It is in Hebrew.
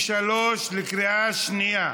93), התשע"ח 2018, בקריאה שנייה.